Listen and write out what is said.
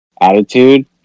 Attitude